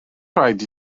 rhaid